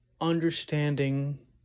understanding